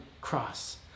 cross